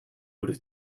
order